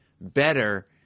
better